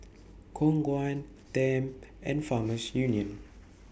Khong Guan Tempt and Farmers Union